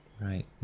Right